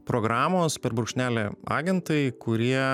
programos per brūkšnelį agentai kurie